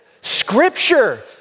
Scripture